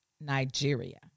Nigeria